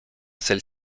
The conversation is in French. celle